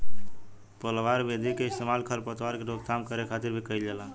पलवार विधि के इस्तेमाल खर पतवार के रोकथाम करे खातिर भी कइल जाला